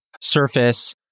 surface